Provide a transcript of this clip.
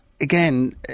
again